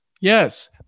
Yes